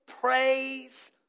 praise